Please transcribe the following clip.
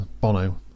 Bono